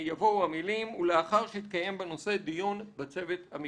יבואו המילים: "ולאחר שהתקיים בנושא דיון בצוות המקצועי".